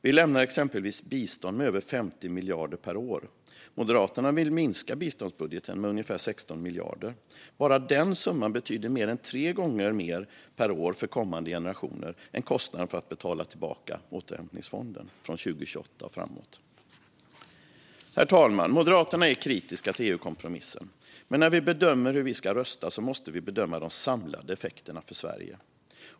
Vi lämnar exempelvis bistånd med över 50 miljarder per år. Moderaterna vill minska biståndsbudgeten med ungefär 16 miljarder. Bara den summan betyder mer än tre gånger mer per år för kommande generationer än kostnaden för att betala tillbaka återhämtningsfonden från 2028 och framåt. Herr talman! Moderaterna är kritiska till EU-kompromissen. Men när vi bedömer hur vi ska rösta måste vi bedöma de samlade effekterna för Sverige.